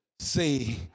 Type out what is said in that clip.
say